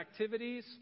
activities